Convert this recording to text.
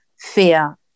fear